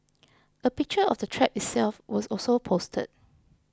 a picture of the trap itself was also posted